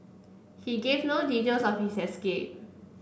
he gave no details of his escape